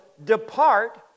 depart